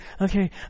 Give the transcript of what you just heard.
Okay